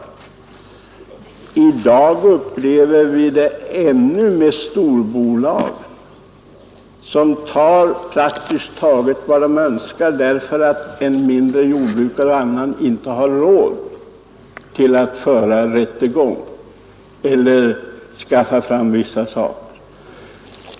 Ännu i dag upplever vi detta — nu är det fråga om storbolagen som tar praktiskt taget vad de önskar därför att den mindre jordbrukaren inte har råd med en rättegång.